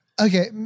okay